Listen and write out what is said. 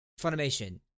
Funimation